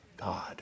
God